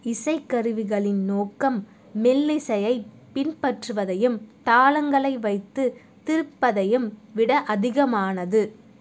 இசைக்கருவிகளின் நோக்கம் மெல்லிசையைப் பின்பற்றுவதையும் தாளங்களை வைத்து திருப்பதையும் விட அதிகமானது